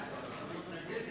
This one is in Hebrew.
מצביע יוסי פלד,